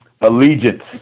allegiance